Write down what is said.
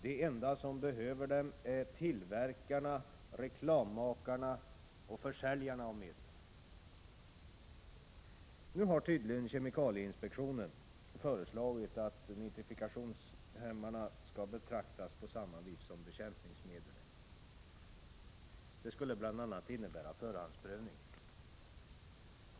De enda som behöver dem är tillverkarna, reklammakarna och försäljarna av medlen. Nu har tydligen kemikalieinspektionen föreslagit att nitrifikationshämmarna skall betraktas på samma vis som bekämpningsmedel. Det skulle bl.a. innebära förhandsprövning.